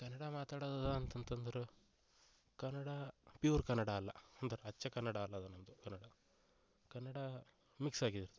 ಕನ್ನಡ ಮಾತಾಡೋದದ ಅಂತಂತಂದ್ರು ಕನ್ನಡ ಪ್ಯೂರ್ ಕನ್ನಡ ಅಲ್ಲ ಅಂದ್ರೆ ಅಚ್ಚ ಕನ್ನಡ ಅಲ್ಲ ಅದು ನಮ್ದು ಕನ್ನಡ ಕನ್ನಡ ಮಿಕ್ಸ್ ಆಗಿರ್ತದೆ